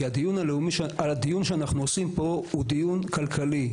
כי הדיון הלאומי על הדיון שאנחנו עושים פה הוא דיון כלכלי,